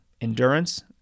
endurance